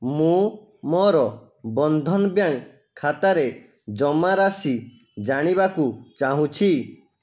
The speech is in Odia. ମୁଁ ମୋର ବନ୍ଧନ ବ୍ୟାଙ୍କ ଖାତାରେ ଜମାରାଶି ଜାଣିବାକୁ ଚାହୁଁଛି